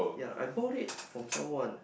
yea I bought it from someone